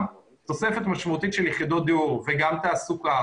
גם תוספת משמעותית של יחידות דיור וגם תעסוקה